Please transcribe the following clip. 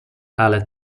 ale